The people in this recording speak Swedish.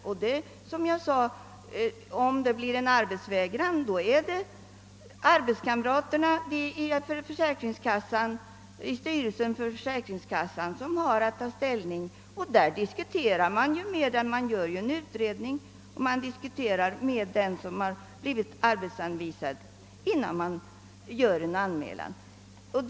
Om den arbetssökande vägrar att ta arbetet är det arbetskamraterna i styrelsen för försäkringskassan som har att ta ställning. De gör en utredning och diskuterar med den som blivit anvisad ett arbete innan de fråntar honom ersättningen från kassan.